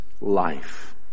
life